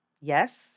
yes